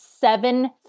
seven